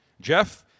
Jeff